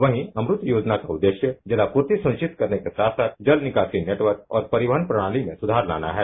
वहीं अमृत योजना का उद्देश्य जल आपूर्ति सुनिश्चित करने के साथ साथ जल निकासी नेटवर्क और परिवहनप्रणाली में सुधार लाना है